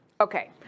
Okay